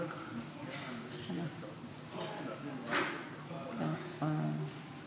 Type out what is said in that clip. ההצעה שלא לכלול את הנושא בסדר-היום של הכנסת נתקבלה.